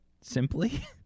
Simply